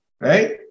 right